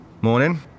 Morning